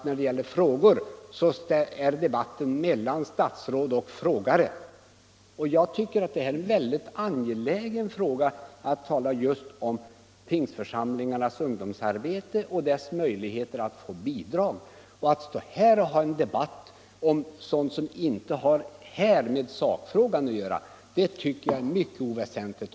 När det gäller frågor äger debatten rum mellan statsråd och frågeställare. Jag tycker att det är väldigt angeläget att tala om pingstförsamlingarnas ungdomsarbete och deras möjligheter att få bidrag. Att här föra en diskussion om sådant som inte har med saken att göra tycker jag är helt oväsentligt.